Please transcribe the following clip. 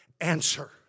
answer